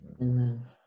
Amen